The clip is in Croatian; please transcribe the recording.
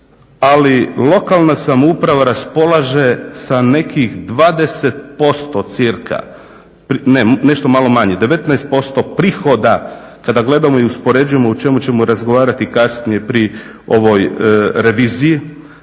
ali lokalna samouprava raspolaže sa nekih 20% cirka, nešto malo manje 19% prihoda kada gledamo i uspoređujemo u čemu ćemo razgovarati kasnije pri ovoj reviziji